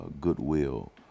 goodwill